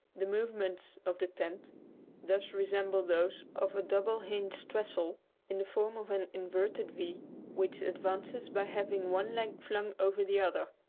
the movements of the tent thus resemble those of a double-hinged trestle in the form of an inverted v which advances by having one leg flung over the other.